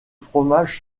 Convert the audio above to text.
fromage